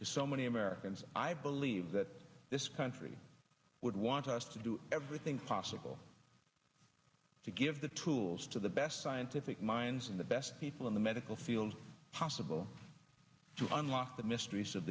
to so many americans i believe that this country would want us to do everything possible to give the tools to the best scientific minds and the best people in the medical field possible to unlock the mysteries of